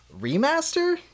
Remaster